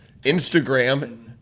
Instagram